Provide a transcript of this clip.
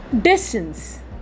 Distance